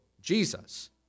Jesus